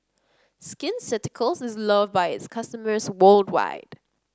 Skin Ceuticals is loved by its customers worldwide